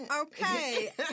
Okay